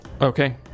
Okay